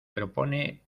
propone